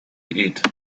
eat